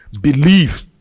believe